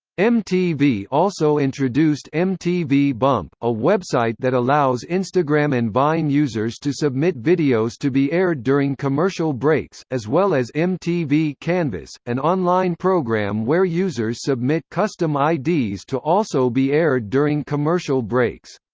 mtv also introduced mtv bump, a website that allows instagram and vine users to submit videos to be aired during commercial breaks, as well as mtv canvas, an online program where users submit custom ids to also be aired during commercial breaks.